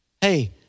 Hey